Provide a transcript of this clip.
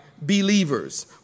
believers